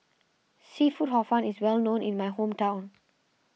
Seafood Hor Fun is well known in my hometown